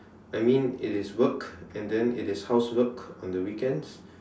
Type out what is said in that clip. I mean it is work and then it is housework on the weekends